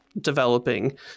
developing